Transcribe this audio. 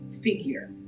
figure